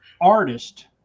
artist